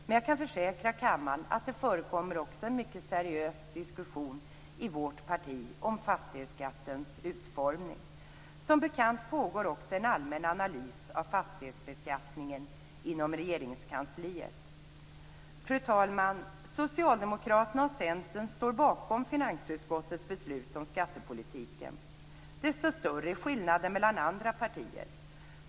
Men jag kan försäkra kammaren att det förekommer en seriös diskussion i vårt parti om utformningen av fastighetsskatten. Som bekant pågår också en allmän analys av fastighetsbeskattningen inom Regeringskansliet. Fru talman! Socialdemokraterna och Centern står bakom finansutskottets beslut om skattepolitiken. Desto större är skillnaderna mellan andra partier.